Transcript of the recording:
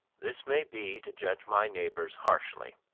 this may be to judge my neighbors harshly